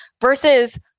versus